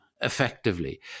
effectively